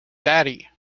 daddy